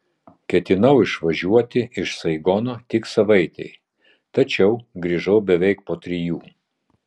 ketinau išvažiuoti iš saigono tik savaitei tačiau grįžau beveik po trijų